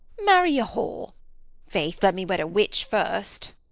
marry a whore! fate, let me wed a witch first.